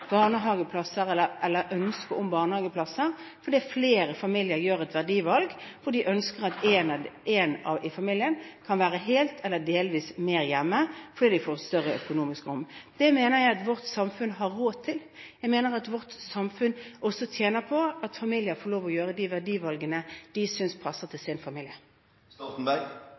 barnehageplasser, eller ønsker om barnehageplasser, fordi flere familier gjør et verdivalg, hvor de ønsker at én i familien er helt eller delvis hjemme, fordi de får større økonomisk handlerom. Det mener jeg at vårt samfunn har råd til. Jeg mener at vårt samfunn også tjener på at familiene får lov å gjøre de verdivalgene de synes passer til sin